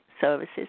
services